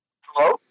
Hello